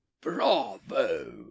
bravo